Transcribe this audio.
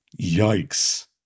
Yikes